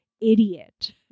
idiot